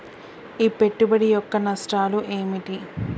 ఈ పెట్టుబడి యొక్క నష్టాలు ఏమిటి?